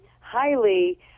highly